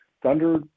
thunder